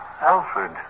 Alfred